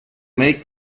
make